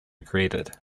created